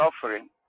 suffering